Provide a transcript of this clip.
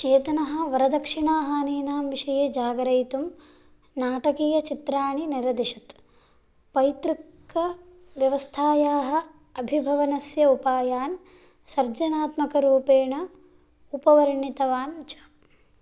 चेतनाः वरदक्षिणाहानीनां विषये जागरयितुं नाटकीयचित्राणि निर्दिशत् पैतृकव्यवस्थायाः अभिभवनस्य उपायान् सर्जनात्मकरूपेण उपवर्णितवान् च